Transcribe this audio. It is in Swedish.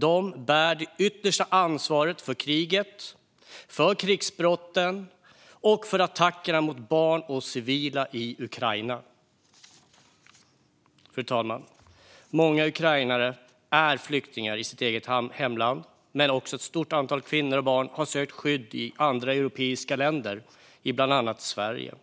De bär det yttersta ansvaret för kriget, för krigsbrotten och för attackerna mot barn och civila i Ukraina. Fru talman! Många ukrainare är flyktingar i sitt eget hemland, men ett stort antal kvinnor och barn har sökt skydd i andra europeiska länder, bland annat Sverige.